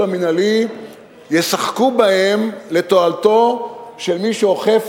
המינהלי ישחקו בהם לתועלתו של מי שאוכף,